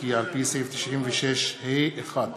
רגע, אדוני.